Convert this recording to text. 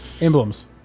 Emblems